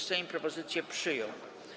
Sejm propozycję przyjął.